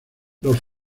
los